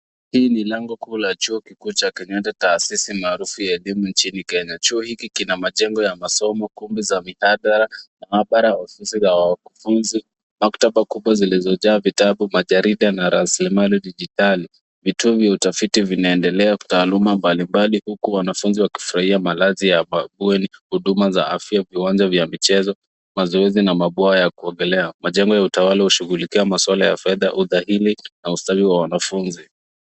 Hii ni lango kuu la chuo kikuu cha Kenyatta taasisi maarufu ya elimu nchini Kenya. Chuo hiki kina majengo ya masomo kumbe za mihadhara, maabara, ofisi za wanafunzi, maktaba kubwa zilizojaa vitabu, majarida na rasilimali dijitali. Vituo vya utafiti vinaendelea taaluma mbalimbali huku wanafunzi wakifurahia malazi ya bweni, huduma za afya, viwanja vya michezo, mazoezi na mabwawa ya kuogelea. Majengo ya utawala hushughulikia maswala ya fedha, udhahili, na ustawi wa wanafunzi.